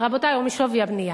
או משווי הבנייה.